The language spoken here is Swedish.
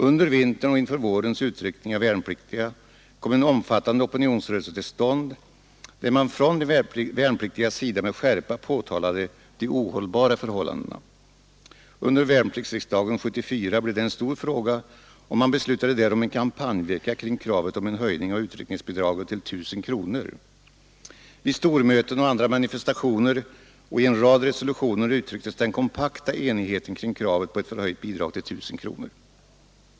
Under vintern Torsdagen den och inför vårens utryckning av värnpliktiga kom en omfattande opinions 9 maj 1974 rörelse till stånd, där man från de värnpliktigas sida med skärpa påtalade ————— de ohållbara förhållandena. Vid värnpliktsriksdagen 1974 blev detta en FÖrsvarspolitiken, stor fråga, och man beslutade där om en kampanjvecka kring kravet på en HEM: höjning av utryckningsbidraget till 1 000 kronor. På stormöten och vid andra manifestationer samt i en rad resolutioner uttrycktes den kompakta enigheten kring kravet på ett till I 000 kronor förhöjt bidrag.